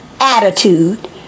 attitude